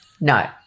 No